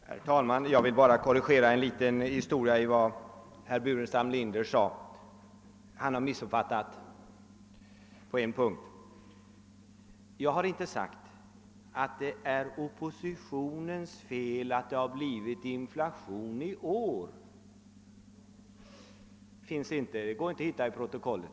Herr talman! Jag vill korrigera en liten detalj i herr Burenstam Linders anförande; han har missuppfattat mig på en punkt. Jag har inte påstått att det är oppositionens fel att det har blivit inflation i år. Något sådant uttalande går inte att hitta i protokollet.